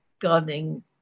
gardening